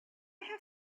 have